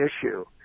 issue